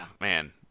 Man